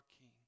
King